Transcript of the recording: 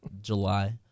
July